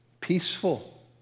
peaceful